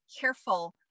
careful